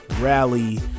rally